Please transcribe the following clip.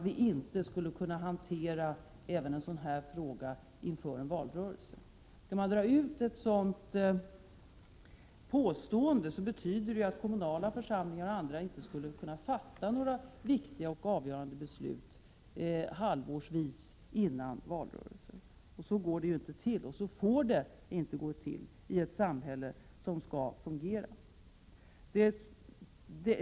Om man skall dra konsekvensen av ett sådant resonemang, betyder det att kommunala och andra församlingar inte skulle kunna fatta viktiga och avgörande beslut något halvår före ett val. Så går det inte till — och så får det inte gå till i ett samhälle som skall fungera.